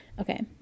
Okay